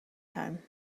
time